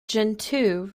gentoo